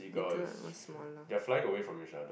bigger or smaller